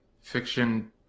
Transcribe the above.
fiction